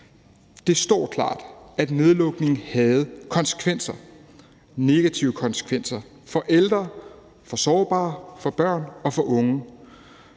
Det står klart, at nedlukningen havde konsekvenser – negative konsekvenser – for ældre, for sårbare, for børn og for unge,